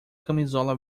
camisola